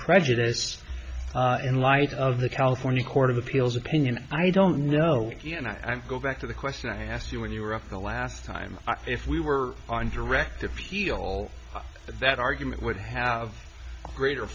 prejudice in light of the california court of appeals opinion i don't know you and i go back to the question i asked you when you were up the last time if we were on direct appeal that argument would have greater